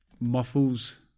Muffles